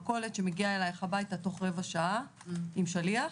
מכולת שמגיעה אלייך הבית תוך רבע שעה עם שליח.